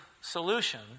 solution